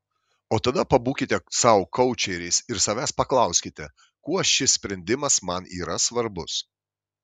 o tada pabūkite sau koučeriais ir savęs paklauskite kuo šis sprendimas man yra svarbus